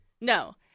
No